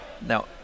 Now